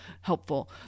helpful